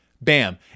Bam